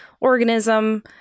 organism